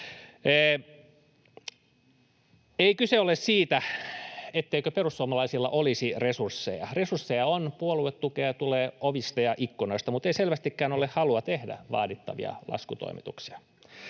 Ei kyse ole siitä, etteikö perussuomalaisilla olisi resursseja. Resursseja on, puoluetukea tulee ovista ja ikkunoista, mutta ei selvästikään ole halua tehdä vaadittavia laskutoimituksia.